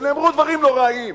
ונאמרו דברים נוראיים